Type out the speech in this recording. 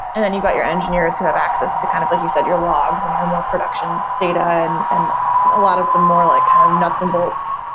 and then you've got your engineers who have access to kind of like you said, your logs and your more production data and and a lot of them more like kind of nuts and bolts.